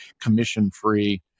commission-free